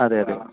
അതെ അതെ